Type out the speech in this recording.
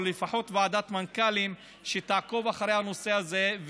אבל לפחות ועדת מנכ"לים שתעקוב אחרי הנושא הזה,